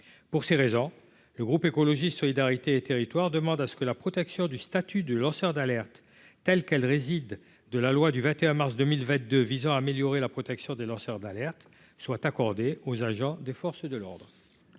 pour ces raisons, le groupe écologiste solidarité et territoires demande à ce que la protection du statut de lanceur d'alerte, telle qu'elle réside, de la loi du 21 mars 2022 visant à améliorer la protection des lanceurs d'alerte soient accordée aux agents des forces de l'ordre.